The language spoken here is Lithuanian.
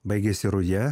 baigėsi ruja